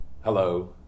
hello